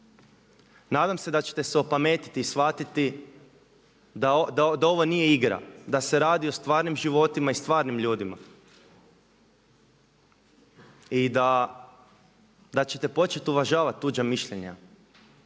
Nadam se da ćete se opametiti i shvatiti da ovo nije igra, da se radi o stvarnim životima i s stvarnim ljudima. I da ćete početi uvažavati tuđa mišljenja